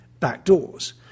backdoors